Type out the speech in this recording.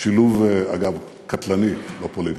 שילוב, אגב, קטלני בפוליטיקה,